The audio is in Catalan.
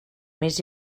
més